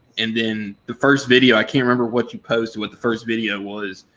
and then the first video, i can't remember what you posted, what the first video was,